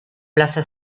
plaza